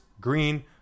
green